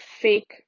fake